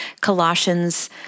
Colossians